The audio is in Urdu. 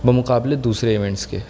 بمقابلے دوسرے ایونٹس کے